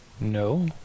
no